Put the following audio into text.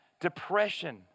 depression